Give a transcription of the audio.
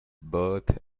birth